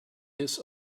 his